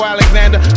Alexander